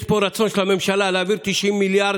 ויש פה רצון של הממשלה להעביר 90 מיליארד.